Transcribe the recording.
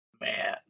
Man